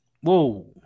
whoa